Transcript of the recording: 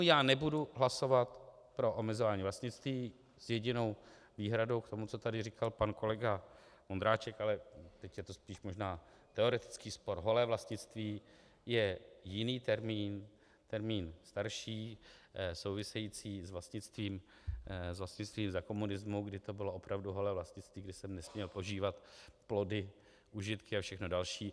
Já nebudu hlasovat pro omezování vlastnictví s jedinou výhradou k tomu, co tady říkal pan kolega Vondráček, ale teď je to spíš možná teoretický spor, holé vlastnictví je jiný termín, termín starší související s vlastnictvím za komunismu, kdy to bylo opravdu holé vlastnictví, kdy jsem nesměl požívat plody, užitky a všechno další.